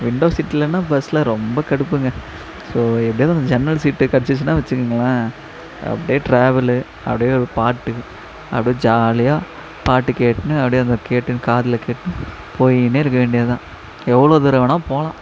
window seat இல்லைனா பஸில் ரொம்ப கடுப்புங்க ஸோ எப்படியாவது அந்த ஜன்னல் சீட்டு கிடச்சிச்சின்னா வச்சிக்குங்களேன் அப்படியே டிராவலு அப்டி பாட்டு நாங்கள் ஜாலியாக பாட்டு கேட்டுன்னு அப்டி அதை கேட்டுனு காதில் கேட்டுன்னு போயினே இருக்க வேண்டியது தான் எவ்வளோ தூரம் வேணுணா போகலாம்